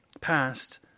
past